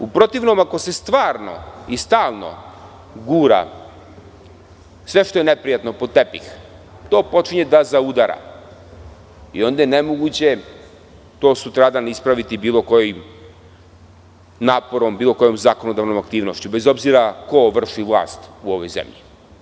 U protivnom, ako se stvarno i stalno gura sve što je neprijatno pod tepih, to počinje da zaudara i onda je nemoguće to sutradan ispraviti bilo kojim naporom, bilo kojom zakonodavnom aktivnošću, bez obzira ko vrši vlast u ovoj zemlji.